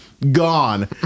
gone